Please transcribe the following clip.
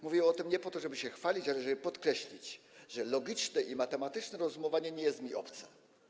Mówię o tym nie po to, żeby się chwalić, ale żeby podkreślić, że logiczne i matematyczne rozumowanie nie jest mi obce.